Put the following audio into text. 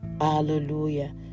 Hallelujah